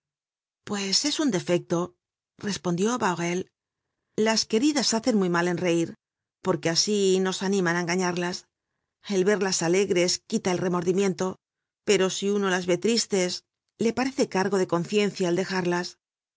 pues es un defecto respondió bahorel las queridas hacen muy mal en reir porque asi nos animan á engañarlas el verlas alegres quita el remordimiento pero si uno las ve tristes le parece cargo de conciencia el dejarlas